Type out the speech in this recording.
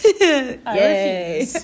Yay